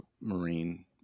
Marine –